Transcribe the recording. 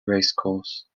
racecourse